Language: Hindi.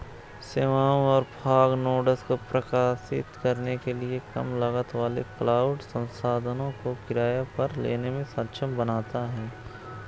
सेवाओं और फॉग नोड्स को प्रकाशित करने के लिए कम लागत वाले क्लाउड संसाधनों को किराए पर लेने में सक्षम बनाता है